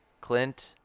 Clint